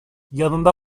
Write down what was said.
yanında